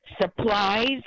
supplies